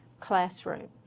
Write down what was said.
Classroom